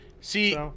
See